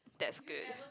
that's good